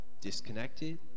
disconnected